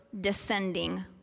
descending